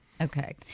Okay